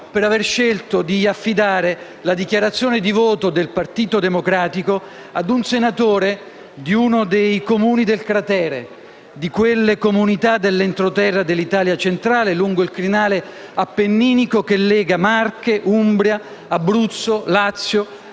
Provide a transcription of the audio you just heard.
per aver scelto di affidare la dichiarazione di voto del Partito Democratico a un senatore di uno dei Comuni del cratere, di quelle comunità dell'entroterra dell'Italia centrale lungo il crinale appenninico che lega Marche, Umbria, Abruzzo, Lazio,